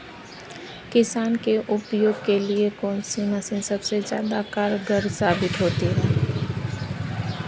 किसान के उपयोग के लिए कौन सी मशीन सबसे ज्यादा कारगर साबित होती है?